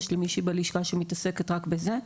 יש מישהי בלשכה שלי שמתעסקת רק בזה.